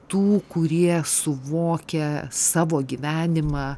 tų kurie suvokia savo gyvenimą